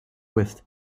with